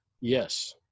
Yes